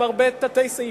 עם הרבה תת-סעיפים,